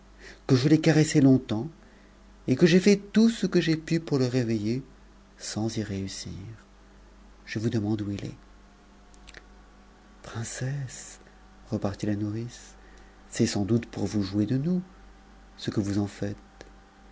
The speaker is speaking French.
que je l'ai caresse longtemps et que j'ai fait tout ce que j'ai pu pour le réveilter sans y réussir je vous demande où il est mncesse repartit la nourrice c'est saus doute pour vous jou de nous ce que vous en faites